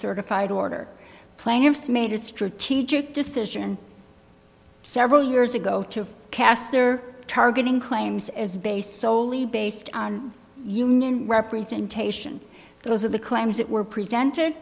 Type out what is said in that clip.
certified order plaintiffs made a strategic decision several years ago to cast their targeting claims is based soley based on union representation those are the claims that were presented